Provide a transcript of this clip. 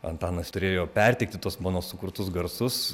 antanas turėjo perteikti tuos mano sukurtus garsus